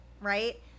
right